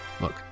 Look